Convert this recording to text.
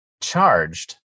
charged